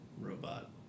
robot